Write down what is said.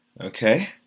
Okay